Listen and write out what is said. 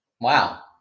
Wow